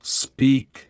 speak